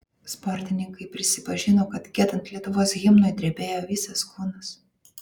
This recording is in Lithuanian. sportininkai prisipažino kad giedant lietuvos himnui drebėjo visas kūnas